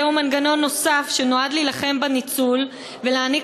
זהו מנגנון נוסף שנועד להילחם בניצול ולהעניק